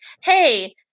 hey